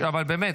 אבל באמת,